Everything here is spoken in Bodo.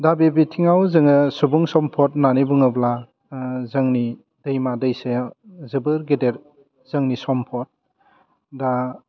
दा बे बिथिंआव जोङो सुबुं सम्फद होन्नानै बुङोब्ला जोंनि दैमा दैसाआ जोबोर गेदेर जोंनि सम्फद दा